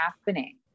happening